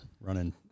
Running